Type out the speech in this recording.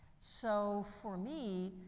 so for me,